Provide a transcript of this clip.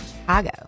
chicago